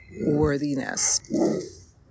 worthiness